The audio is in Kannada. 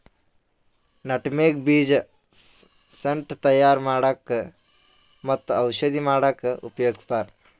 ನಟಮೆಗ್ ಬೀಜ ಸೆಂಟ್ ತಯಾರ್ ಮಾಡಕ್ಕ್ ಮತ್ತ್ ಔಷಧಿ ಮಾಡಕ್ಕಾ ಉಪಯೋಗಸ್ತಾರ್